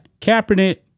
Kaepernick